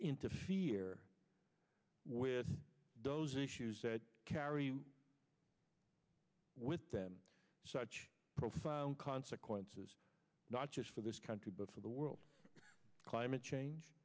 interfere with those issues that carry with them such profound consequences not just for this country but for the world climate